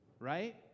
Right